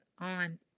On